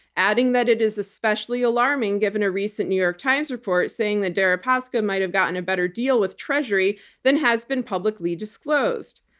adding that it is especially alarming, given a recent new york times report saying that deripaska deripaska might've gotten a better deal with treasury than has been publicly disclosed.